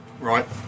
Right